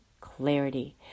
clarity